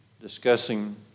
discussing